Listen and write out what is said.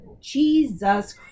Jesus